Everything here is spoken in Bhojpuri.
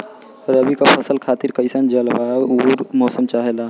रबी क फसल खातिर कइसन जलवाय अउर मौसम चाहेला?